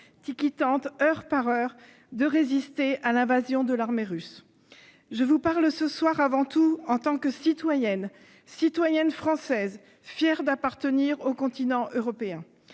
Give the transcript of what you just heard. qui tente, heure par heure, de résister à l'invasion de l'armée russe. Je vous parle ce soir avant tout en tant que citoyenne, une citoyenne française fière d'appartenir au continent européen.